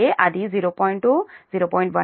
2 0